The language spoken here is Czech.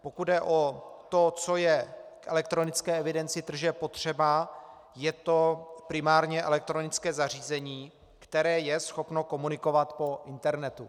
Pokud jde o to, co je v elektronické evidenci tržeb potřeba, je to primárně elektronické zařízení, které je schopno komunikovat po internetu.